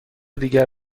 دیگر